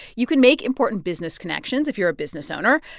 you can make important business connections if you're a business owner.